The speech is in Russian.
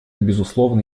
безусловно